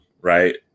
right